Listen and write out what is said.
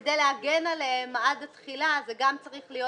כדי להגן עליהם עד התחילה, זה גם צריך להיות